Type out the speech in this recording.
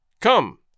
Come